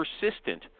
persistent